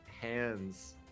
hands